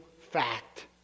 fact